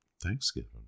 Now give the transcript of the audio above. Thanksgiving